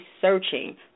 searching